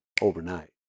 overnight